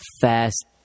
fast